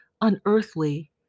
unearthly